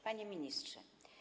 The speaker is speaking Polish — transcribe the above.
Panie Ministrze!